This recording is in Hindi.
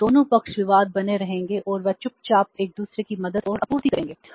और दोनों पक्ष विवाद बने रहेंगे और वे चुपचाप एक दूसरे की मदद और आपूर्ति करेंगे